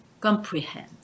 comprehend